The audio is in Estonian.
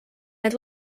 need